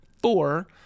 four